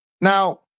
Now